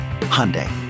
Hyundai